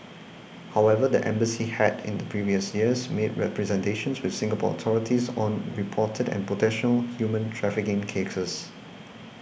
however the embassy had in the previous years made representations with Singapore authorities on reported and potential human trafficking cases